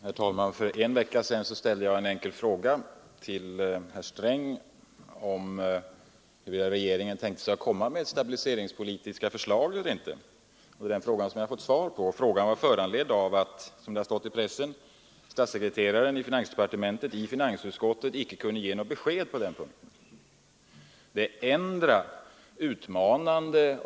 Herr talman! För en vecka sedan ställde jag en enkel fråga till herr Sträng huruvida regeringen tänkte lägga fram förslag till stabiliseringspolitiska åtgärder eller inte, och det är den frågan jag har fått svar på. Frågan var föranledd av att — som det har stått i pressen — statssekreteraren i finansdepartementet inför finansutskottet icke kunde ge något besked på den punkten.